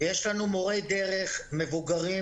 יש לנו מורי דרך מבוגרים,